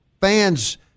fans